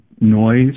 noise